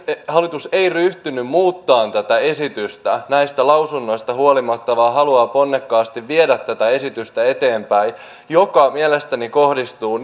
hallitus ei ryhtynyt muuttamaan tätä esitystä näistä lausunnoista huolimatta vaan haluaa ponnekkaasti viedä eteenpäin tätä esitystä joka mielestäni kohdistuu